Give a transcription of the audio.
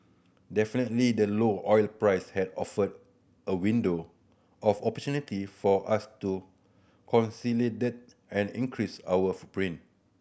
definitely the low oil price had offered a window of opportunity for us to consolidate and increase our footprint